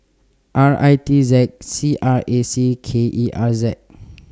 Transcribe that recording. R I T Z C R A C K E R Z